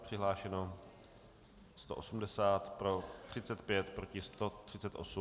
Přihlášeno 180, pro 35, proti 138.